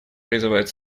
призывает